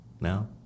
now